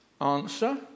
Answer